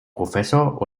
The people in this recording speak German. professor